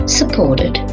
supported